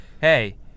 Hey